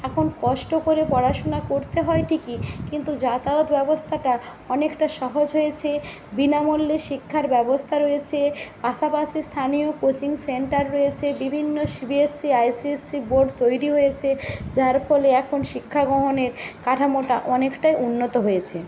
এখন কষ্ট করে পড়াশুনা করতে হয় ঠিকই কিন্তু যাতায়াত ব্যবস্থাটা অনেকটা সহজ হয়েছে বিনামূল্যে শিক্ষার ব্যবস্থা রয়েছে পাশাপাশি স্থানীয় কোচিং সেন্টার রয়েছে বিভিন্ন সিবিএসসি আইসিএসসি বোর্ড তৈরি হয়েছে যার ফলে এখন শিক্ষা গ্রহণের কাঠামোটা অনেকটাই উন্নত হয়েছে